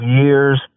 years